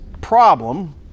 problem